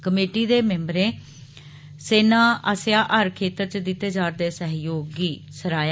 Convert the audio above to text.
committee दे मिम्बरे सेना आस्सेआ हर खेतर च दित्ते जारदे सहयोग गी सराहया